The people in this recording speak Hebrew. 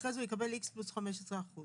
ואחרי זה הוא יקבל X ועוד 15 אחוז.